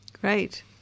Great